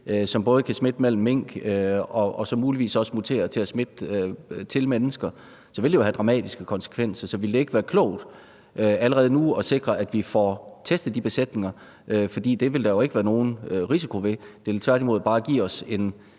som både kan smitte mellem mink og så muligvis også mutere til at smitte til mennesker, så vil det jo have dramatiske konsekvenser. Så ville det ikke være klogt allerede nu at sikre, at vi får testet de besætninger? For det vil der jo ikke være nogen risiko ved, men tværtimod vil det bare give os en